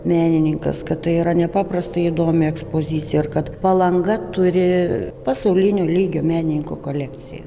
menininkas kad tai yra nepaprastai įdomi ekspozicija ir kad palanga turi pasaulinio lygio menininko kolekciją